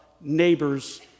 neighbors